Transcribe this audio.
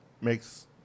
makes